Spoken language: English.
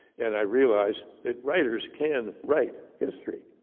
and i realized that writers can write history.